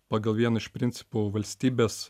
pagal vieną iš principo valstybės